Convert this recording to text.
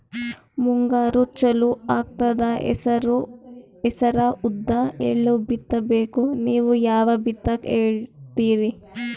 ಮುಂಗಾರು ಚಾಲು ಆಗ್ತದ ಹೆಸರ, ಉದ್ದ, ಎಳ್ಳ ಬಿತ್ತ ಬೇಕು ನೀವು ಯಾವದ ಬಿತ್ತಕ್ ಹೇಳತ್ತೀರಿ?